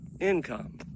income